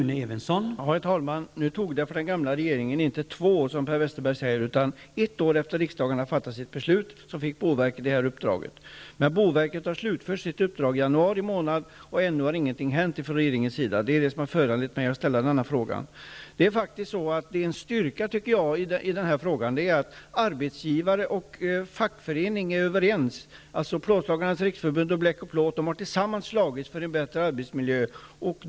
Herr talman! Nu tog det för den gamla regeringen inte två år, som Per Westerberg säger. Ett år efter det att riksdagen hade fattat sitt beslut fick boverket uppdraget. Boverket har slutfört sitt uppdrag i januari månad, och ännu har ingenting hänt från regeringens sida. Det är detta som har föranlett mig att ställa den här frågan. Det är en styrka, tycker jag, att arbetsgivare och fackförening är överens. Plåtslagarnas riksförbund och Bleck & plåt har tillsammans slagits för en bättre arbetsmiljö.